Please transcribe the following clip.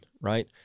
right